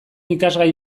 ikasgai